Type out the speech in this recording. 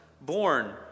born